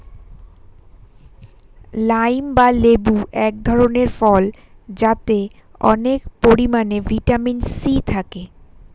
lime বা লেবু এক ধরনের ফল যাতে অনেক পরিমাণে ভিটামিন সি থাকে